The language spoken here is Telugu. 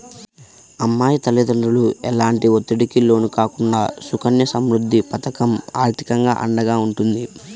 అమ్మాయి తల్లిదండ్రులు ఎలాంటి ఒత్తిడికి లోను కాకుండా సుకన్య సమృద్ధి పథకం ఆర్థికంగా అండగా ఉంటుంది